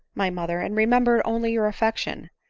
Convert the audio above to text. my mother, and remember only your affection.